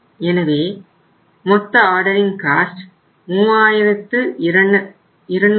எனவே மொத்த ordering cost 3254